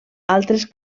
altres